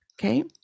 Okay